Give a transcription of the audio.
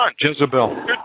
Jezebel